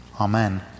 Amen